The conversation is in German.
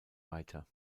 weiter